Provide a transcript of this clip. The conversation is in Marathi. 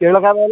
केळं काय लावलं